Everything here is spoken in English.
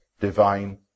divine